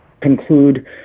conclude